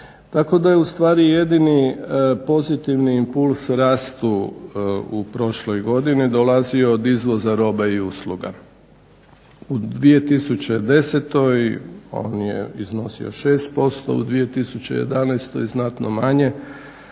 Tako da je ustvari jedini pozitivni impuls rastu u prošloj godini dolazio od izvoza roba i usluga. U 2010. on je iznosio 6%, u 2011. znatno manje